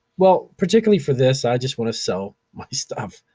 well, particularly for this i just wanna sell my stuff.